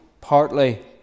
Partly